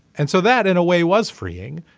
and so that in a way was freeing